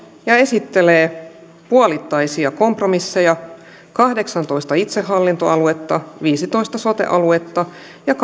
ja esittelee puolittaisia kompromisseja kahdeksantoista itsehallintoaluetta viisitoista sote aluetta ja